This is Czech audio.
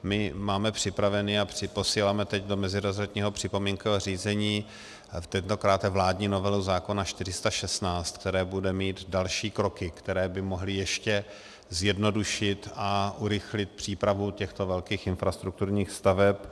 My máme připraven a posíláme teď do mezirezortního připomínkového řízení tentokráte vládní novelu zákona 416, v které budeme mít další kroky, které by mohly ještě zjednodušit a urychlit přípravu těchto velkých infrastrukturních staveb.